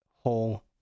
whole